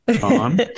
Tom